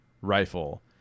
rifle